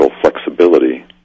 flexibility